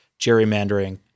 gerrymandering